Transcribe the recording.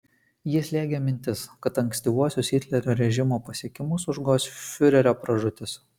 jį slėgė mintis kad ankstyvuosius hitlerio režimo pasiekimus užgoš fiurerio pražūtis